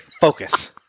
Focus